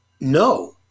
no